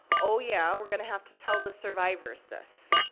oh yeah, we're gonna have to tell the survivors this.